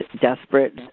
desperate